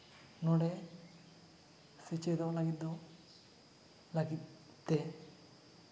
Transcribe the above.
ᱱᱚᱰᱮ ᱥᱮᱪᱮᱫᱚᱜ ᱞᱟᱹᱜᱤᱫ ᱫᱚ ᱞᱟᱹᱜᱤᱫ ᱛᱮ